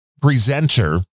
presenter